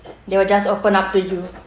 they will just open up to you